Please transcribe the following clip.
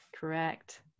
Correct